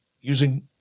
using